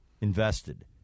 invested